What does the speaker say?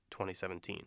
2017